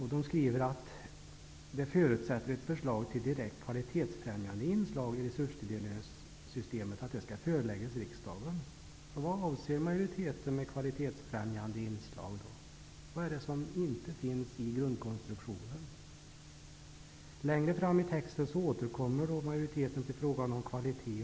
Man skriver att det förutsätter att förslag till direkt kvalitetsfrämjande inslag i resurstilldelningssystemet föreläggs riksdagen. Vad avser majoriteten med kvalitetsfrämjande inslag? Vad är det som inte finns i grundkonstruktionen? Längre fram i texten återkommer majoriteten till frågan om kvalitet.